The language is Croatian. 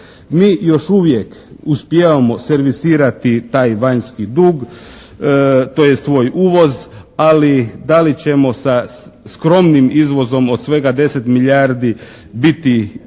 Mi još uvijek uspijevamo servisirati taj vanjski dug, tj. svoj uvoz, ali da li ćemo sa skromnim izvozom od svega 10 milijardi biti u stanju